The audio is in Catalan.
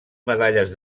medalles